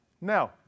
Now